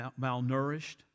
malnourished